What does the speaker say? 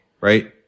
right